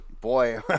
Boy